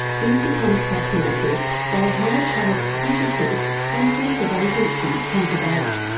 he has become fascinated by how a child's consciousness and sense of agency comes about.